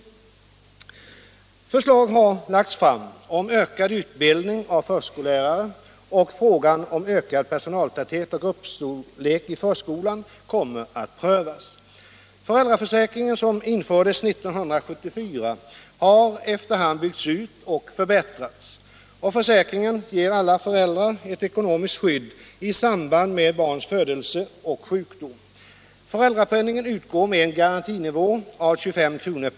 Förslag har lagts fram om ökad utbildning av förskollärare och frågan om ökad personaltäthet och gruppstorlek i förskolan kommer att prövas. Föräldraförsäkringen som infördes 1974 har efter hand byggts ut och förbättrats. Försäkringen ger alla föräldrar ett ekonomiskt skydd i samband med barns födelse och sjukdom. Föräldrapenning utgår med en garantinivå av 25 kr.